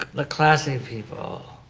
the classy people.